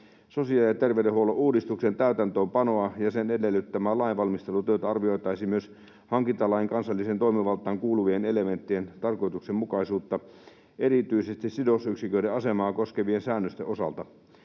sosiaali- ja terveydenhuollon uudistuksen täytäntöönpanoa ja sen edellyttämää lainvalmistelutyötä arvioitaisiin myös hankintalain kansalliseen toimivaltaan kuuluvien elementtien tarkoituksenmukaisuutta erityisesti sidosyksiköiden asemaa koskevien säännösten osalta.